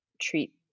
treat